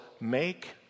make